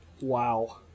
Wow